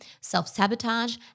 self-sabotage